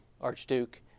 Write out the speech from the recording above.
Archduke